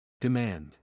Demand